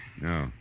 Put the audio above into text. No